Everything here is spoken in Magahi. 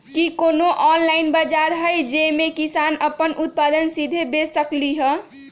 कि कोनो ऑनलाइन बाजार हइ जे में किसान अपन उत्पादन सीधे बेच सकलई ह?